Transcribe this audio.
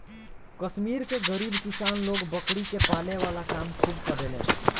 कश्मीर के गरीब किसान लोग बकरी के पाले वाला काम खूब करेलेन